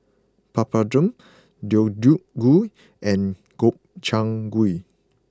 Papadum Deodeok Gui and Gobchang Gui